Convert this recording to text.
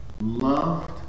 loved